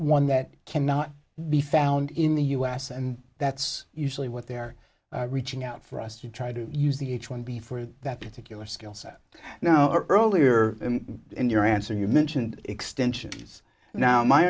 one that cannot be found in the us and that's usually what they're reaching out for us you try to use the h one b for that particular skill set now earlier in your answer you mentioned extensions now my